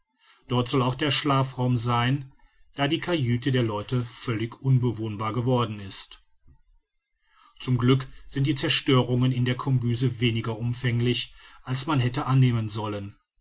dort soll auch der schlafraum sein da die cajüte der leute völlig unbewohnbar geworden ist zum glück sind die zerstörungen in der kombüse weniger umfänglich als man hätte annehmen sollen